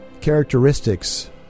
characteristics